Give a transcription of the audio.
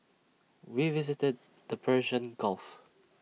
we visited the Persian gulf